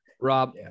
Rob